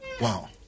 Wow